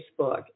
Facebook